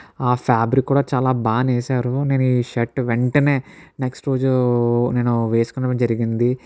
ఆ ఫ్యాబ్రిక్ కూడా చాలా బాగా నేసారు నేను ఈ షర్ట్ వెంటనే నెక్స్ట్ రోజు నేను వేసుకోవడం జరిగింది